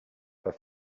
pas